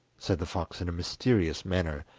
said the fox in a mysterious manner.